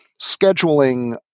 scheduling